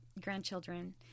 grandchildren